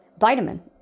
Vitamin